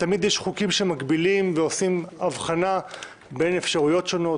תמיד יש חוקים שמגבילים ועושים אבחנה בין אפשרויות שונות.